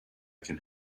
can